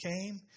came